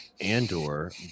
Andor